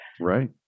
Right